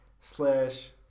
slash